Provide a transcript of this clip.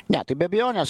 ne tai be abejonės